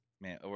man